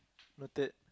noted